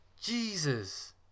Jesus